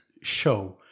show